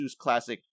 classic